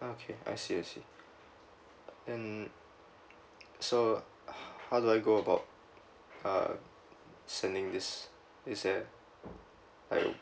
ah okay I see I see and so how do I go about uh sending this is that I'll